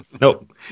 Nope